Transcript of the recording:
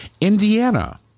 Indiana